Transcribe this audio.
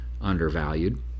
undervalued